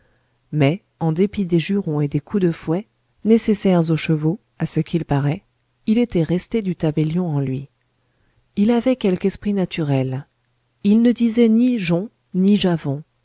mais en dépit des jurons et des coups de fouet nécessaires aux chevaux à ce qu'il paraît il était resté du tabellion en lui il avait quelque esprit naturel il ne disait ni j'ons ni j'avons